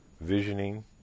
visioning